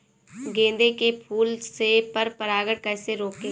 गेंदे के फूल से पर परागण कैसे रोकें?